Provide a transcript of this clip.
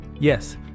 Yes